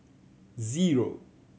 zero